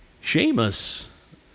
Sheamus